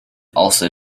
also